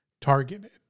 targeted